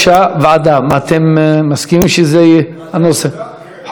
אתם מסכימים שזה יהיה, ועדת החוקה?